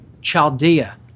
Chaldea